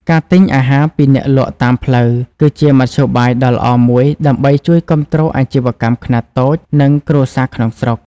ការទិញអាហារពីអ្នកលក់តាមផ្លូវ គឺជាមធ្យោបាយដ៏ល្អមួយដើម្បីជួយគាំទ្រអាជីវកម្មខ្នាតតូច និងគ្រួសារក្នុងស្រុក ។